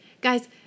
Guys